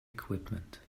equipment